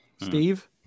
Steve